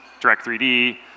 Direct3D